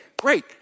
Great